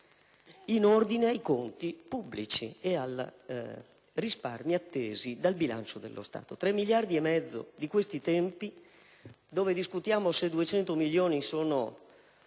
in ordine ai conti pubblici, di risparmi attesi dal bilancio dello Stato. Con tre miliardi e mezzo, in questi tempi in cui discutiamo se 200 milioni siano